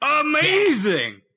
amazing